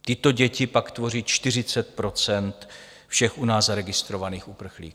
Tyto děti pak tvoří 40 % všech u nás zaregistrovaných uprchlíků.